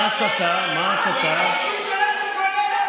ערבים נגד יהודים.